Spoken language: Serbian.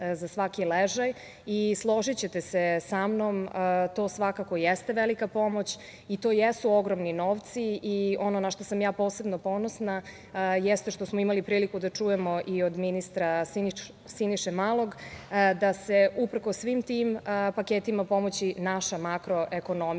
ležaj. Složićete se sa mnom, to svakako jeste velika pomoć i to jesu ogromni novci i ono na šta sam ja posebno ponosna jeste što smo imali priliku da čujemo i od ministra Siniše Malog da se uprkos svim tim paketima pomoći naša makroekonomija